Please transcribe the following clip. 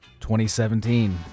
2017